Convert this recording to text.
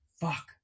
Fuck